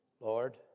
Lord